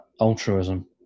altruism